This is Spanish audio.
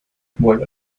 vuelve